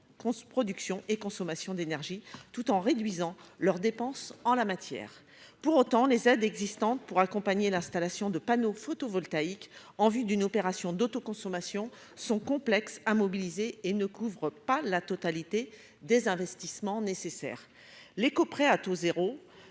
production et consommation d'énergie tout en réduisant leurs dépenses en la matière, pour autant, les aides existantes pour accompagner l'installation de panneaux photovoltaïques en vue d'une opération d'autoconsommation sont complexes à mobiliser et ne couvre pas la totalité des investissements nécessaires, l'éco-prêt à taux zéro